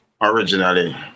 originally